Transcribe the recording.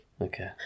Okay